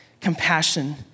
compassion